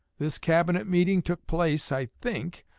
this cabinet meeting took place, i think,